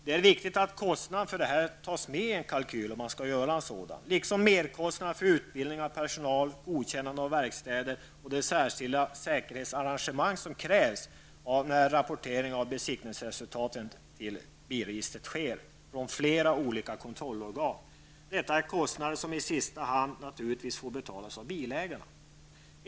Det är viktigt att kostnaden för detta tas med i kalkylen, liksom merkostnaderna för utbildning av personal, godkännande av verkstäderna och de särskilda säkerhetsarrangemang som krävs när rapportering av besiktningsresultaten till bilregistret sker från flera olika kontrollorgan. Detta är kostnader som i sista hand får betalas av bilägarna.